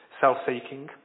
self-seeking